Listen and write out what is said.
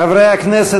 חברי הכנסת,